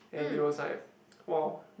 and they was like wow